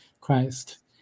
Christ